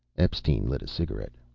epstein lit a cigarette.